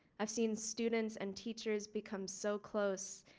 i've seen students and teachers become so close.